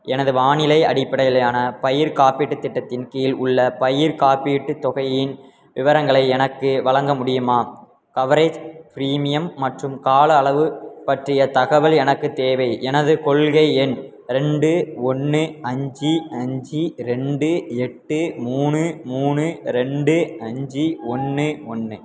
எனது வானிலை அடிப்படையிலான பயிர்காப்பீட்டு திட்டத்தின் கீழ் உள்ள பயிர் காப்பீட்டு தொகையின் விவரங்களை எனக்கு வழங்க முடியுமா கவரேஜ் ப்ரீமியம் மற்றும் கால அளவு பற்றிய தகவல் எனக்கு தேவை எனது கொள்கை எண் ரெண்டு ஒன்று அஞ்சு அஞ்சு ரெண்டு எட்டு மூணு மூணு ரெண்டு அஞ்சு ஒன்று ஒன்று